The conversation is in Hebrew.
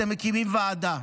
אתם מקימים ועדה.